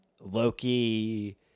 Loki